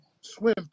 swim